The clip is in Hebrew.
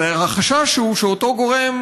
החשש הוא שאותו גורם